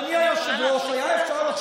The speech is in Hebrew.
אוה, הגיע לנו שר, יופי, אז אפשר להמשיך.